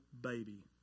baby